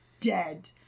dead